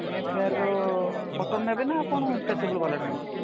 Mayfair cotton ନେବେ ନା ଆପଣ ଷ୍ଟ୍ରେଚେବୁଲ୍ ବାଲାଟା ନେବେ